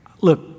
Look